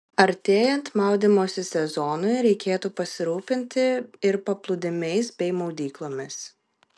artėjant maudymosi sezonui reikėtų pasirūpinti ir paplūdimiais bei maudyklomis